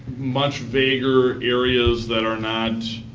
much bigger areas that are not